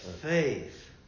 Faith